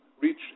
reach